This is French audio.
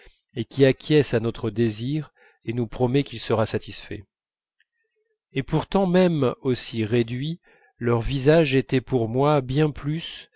et qui acquiesce à notre désir et nous promet qu'il sera satisfait et pourtant même aussi réduit leur visage était pour moi bien plus